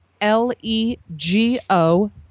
L-E-G-O